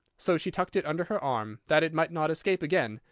so she tucked it under her arm, that it might not escape again,